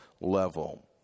level